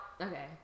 okay